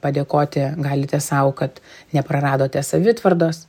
padėkoti galite sau kad nepraradote savitvardos